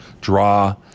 draw